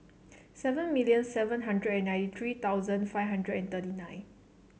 seven million seven hundred and ninety three thousand five hundred and thirty nine